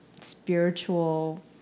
spiritual